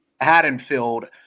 Haddonfield